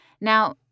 Now